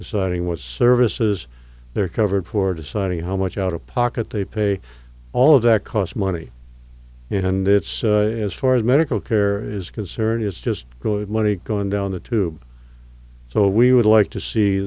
deciding what services they're covered for deciding how much out of pocket they pay all of that cost money and it's as far as medical care is concerned it's just good money going down the tube so we would like to see